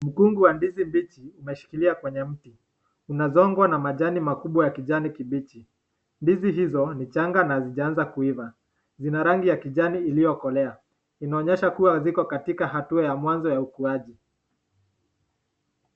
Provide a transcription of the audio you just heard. Mkungu wa ndizi mbichi umeshikilia kwenye mti, unazongwa na majani makubwa ya kijani kibichi. Ndizi hizo ni changa na hazijaanza kuiva, zina rangi ya kijani iliyokolea, inaonyesha ziko katika hatua ya mwanzo ya ukuaji.